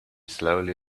slowly